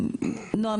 נעה,